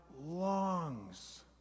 longs